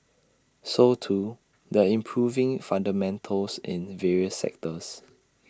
so too the improving fundamentals in various sectors